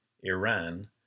Iran